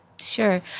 sure